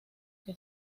que